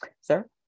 Sir